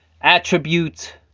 attribute